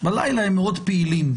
בלילה הם מאוד פעילים.